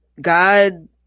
God